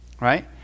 right